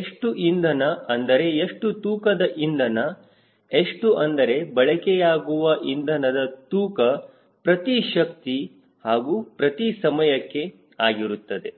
ಎಷ್ಟು ಇಂಧನ ಅಂದರೆ ಎಷ್ಟು ತೂಕದ ಇಂಧನ ಎಷ್ಟು ಅಂದರೆ ಬಳಕೆಯಾಗಿರುವ ಇಂಧನದ ತೂಕ ಪ್ರತಿ ಶಕ್ತಿ ಹಾಗೂ ಪ್ರತಿ ಸಮಯಕ್ಕೆ ಆಗಿರುತ್ತದೆ